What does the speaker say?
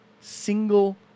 single